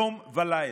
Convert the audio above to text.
יום ולילה,